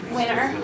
winner